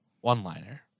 One-liner